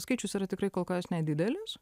skaičius yra tikrai kol kas nedidelis